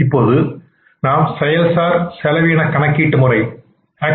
இப்பொழுது நாம் செயல்சார் செலவின கணக்கீட்டு முறை செ